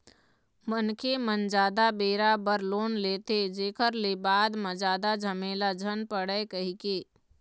मनखे मन जादा बेरा बर लोन लेथे, जेखर ले बाद म जादा झमेला झन पड़य कहिके